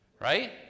Right